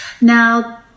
Now